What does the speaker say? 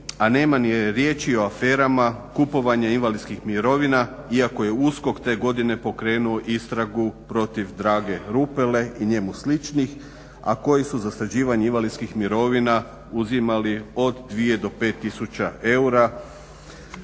a nema ni riječi o aferama, kupovanja invalidskih mirovina iako je USKOK te godine pokrenuo istragu protiv Drage Rubale i njemu sličnih, a koji su za sređivanje invalidskih mirovina uzimali od 2 do 5000 eura